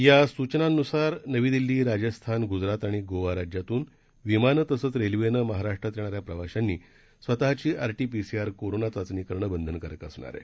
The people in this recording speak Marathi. या सुचनांनुसार नवी दिल्ली राज्यस्थान गुजरात आणि गोवा राज्यातून विमानं तसंच रेल्वेनं महाराष्ट्रात येणाऱ्या प्रवाशांनी स्वतःची आरटीपीसीआर कोरोना चाचणी करणं बंधनकारक असणार आहे